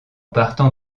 partant